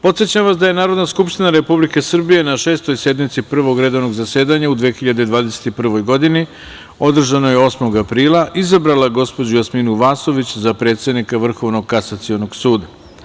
Podsećam vas da je Narodna skupština Republike Srbije na Šestoj sednici Prvog redovnog zasedanja u 2021. godini, održanoj 8. aprila, izabrala gospođu Jasminu Vasović za predsednika Vrhovnog Kasacionog suda.